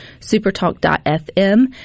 supertalk.fm